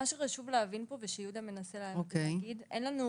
מה שחשוב להבין פה ושיהודה מנסה להגיד, אין לנו